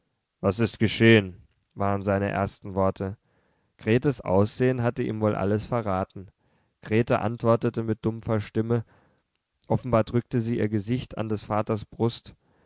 was ist geschehen waren seine ersten worte gretes aussehen hatte ihm wohl alles verraten grete antwortete mit dumpfer stimme offenbar drückte sie ihr gesicht an des vaters brust